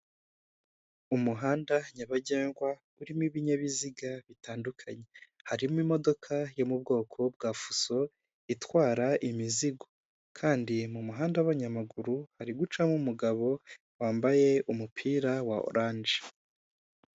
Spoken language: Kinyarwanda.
Umuhanda nyabagendwa urimo ibinyabiziga bitandukanye, harimo imodoka yo mu bwoko bwa fuso itwara imizigo, kandi mu muhanda w'abanyamaguru hari gucamo umugabo wambaye umupira wa oranje.